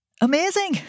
amazing